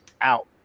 out